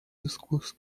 discurso